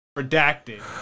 redacted